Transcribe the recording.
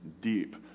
deep